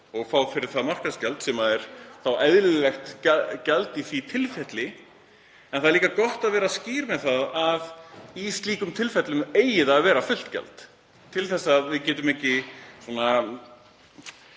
og fá fyrir hann markaðsgjald sem er þá eðlilegt gjald í því tilfelli. En þá er líka gott að vera skýr með að í slíkum tilfellum eigi að vera fullt gjald til þess að við getum ekki troðið